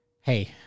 hey